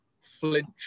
flinch